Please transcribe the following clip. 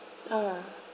ah